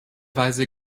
weise